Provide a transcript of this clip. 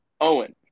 Owen